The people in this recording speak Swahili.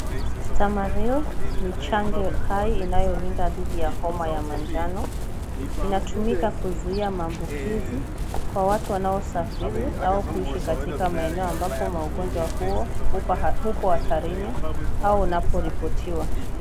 Stamare ni chanjo hai inayolinda dhidi ya homa ya manjano. Inatumika kuzuia maambukizi kwa watu wanaosafiri au kuishi katika maeneo ambapo maugonjwa huo upo hatarini au unaporipotiwa.